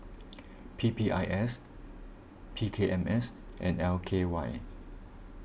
P P I S P K M S and L K Y